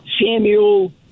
samuel